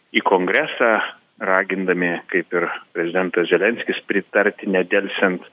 į kongresą ragindami kaip ir prezidentas zelenskis pritarti nedelsiant